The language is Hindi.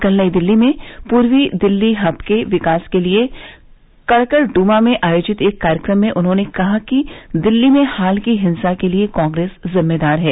कल नई दिल्ली में पूर्वी दिल्ली हब के विकास के लिए कड़कड़्ड्मा में आयोजित एक कार्यक्रम में उन्हों ने कहा कि दिल्ली में हाल की हिंसा के लिए कांग्रेस जिम्मेदार है